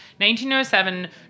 1907